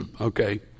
Okay